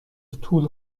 طول